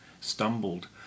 stumbled